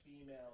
female